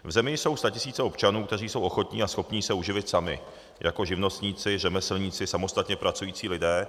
V zemi jsou statisíce občanů, kteří jsou ochotni a schopni se uživit sami jako živnostníci, řemeslníci, samostatně pracující lidé.